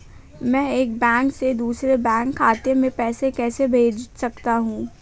मैं एक बैंक से दूसरे बैंक खाते में पैसे कैसे भेज सकता हूँ?